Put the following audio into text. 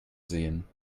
sehen